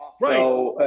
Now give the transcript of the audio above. right